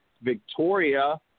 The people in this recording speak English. Victoria